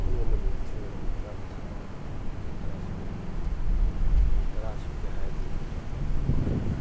ꯄꯨꯡ ꯑꯃꯅꯤ ꯁꯨꯔꯒ ꯃꯤꯅꯤꯠ ꯇꯔꯥ ꯄꯣꯊꯥꯕ ꯄꯨꯡ ꯇꯔꯥ ꯁꯨꯔꯒ ꯃꯤꯅꯤꯠ ꯄꯨꯡ ꯇꯔꯥ ꯁꯨꯒꯦ ꯍꯥꯏꯔꯗꯤ ꯃꯥ ꯑꯍꯨꯝꯂꯛ ꯄꯣꯊꯥꯕ ꯇꯥꯔꯦ